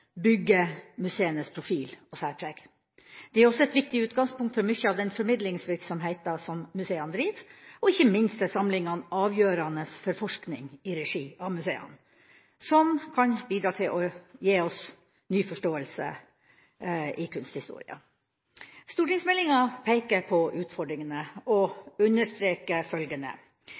museenes profil og særpreg. De er også et viktig utgangspunkt for mye av den formidlingsvirksomheten som museene driver, og ikke minst er samlingene avgjørende for forskning i regi av museene, som kan bidra til å gi oss ny forståelse i kunsthistorien. Stortingsmeldinga peker på utfordringene og